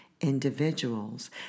individuals